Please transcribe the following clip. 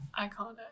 Iconic